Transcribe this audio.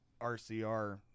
RCR